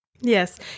Yes